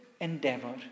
endeavor